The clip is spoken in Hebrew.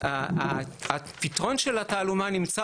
מהפניות לא נענות,